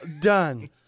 done